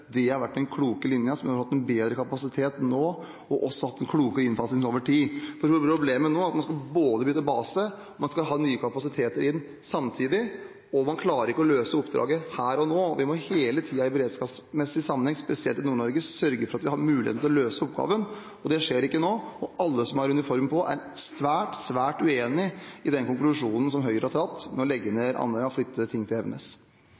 vært den kloke linjen, som hadde gjort at de hadde hatt en bedre kapasitet nå, og også hatt en klokere innfasing over tid. Problemet nå er at man både skal bytte base og ha nye kapasiteter inn samtidig, og man klarer ikke å løse oppdraget her og nå. Vi må hele tiden i beredskapsmessig sammenheng, spesielt i Nord-Norge, sørge for at vi har mulighet til å løse oppgaven. Det skjer ikke nå. Alle som har uniformen på, er svært uenig i den konklusjonen Høyre har trukket: å legge ned Andøya og flytte ting til Evenes.